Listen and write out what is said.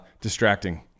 distracting